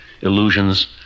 illusions